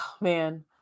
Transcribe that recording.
man